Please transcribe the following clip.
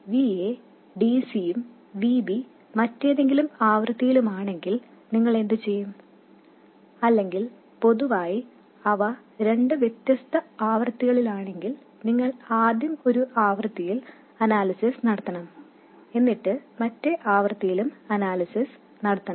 Va എന്നത് dc യും Vb മറ്റേതെങ്കിലും ആവൃത്തിയുമാണെങ്കിൽ നിങ്ങൾ എന്ത് ചെയ്യും അല്ലെങ്കിൽ പൊതുവായി അവ രണ്ട് വ്യത്യസ്ത ആവൃത്തികളിലാണെങ്കിൽ നിങ്ങൾ ആദ്യം ഒരു ആവൃത്തിയിൽ അനാലിസിസ് നടത്തണം എന്നിട്ട് മറ്റേ ആവൃത്തിയിലും അനാലിസിസ് നടത്തണം